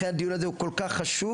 הארץ ולכן הדיון הזה הוא כל כך חשוב.